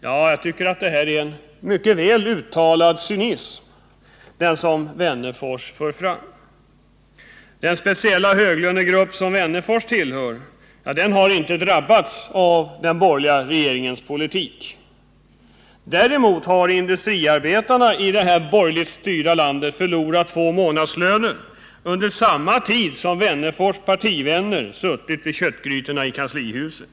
När AIf Wennerfors talar på det sättet gör han sig skyldig till en cynism. Den höglönegrupp som Alf Wennerfors tillhör har inte drabbats av den borgerliga regeringens politik. Däremot har industriarbetarna i det här borgerligt styrda landet förlorat två månadslöner under samma tid som Alf Wennerfors partivänner suttit vid köttgrytorna i kanslihuset.